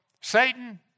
Satan